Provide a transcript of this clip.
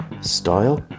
Style